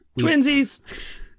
Twinsies